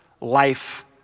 life